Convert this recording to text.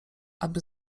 aby